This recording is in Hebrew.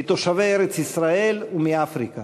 מתושבי ארץ-ישראל ומאפריקה.